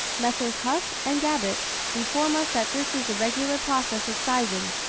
messrs. huc and gabet inform us that this is the regular process of sizing,